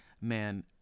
man